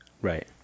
Right